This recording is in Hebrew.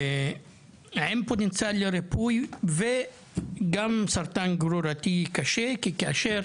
עם פוטנציאל לריפוי וגם סרטן גרורתי קשה כי כאשר